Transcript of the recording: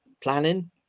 planning